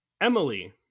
Emily